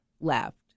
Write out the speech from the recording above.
Left